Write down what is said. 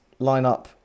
lineup